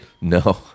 No